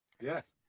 Yes